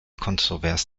kontrovers